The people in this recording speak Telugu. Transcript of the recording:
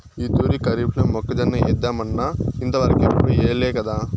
ఈ తూరి కరీఫ్లో మొక్కజొన్న ఏద్దామన్నా ఇంతవరకెప్పుడూ ఎయ్యలేకదా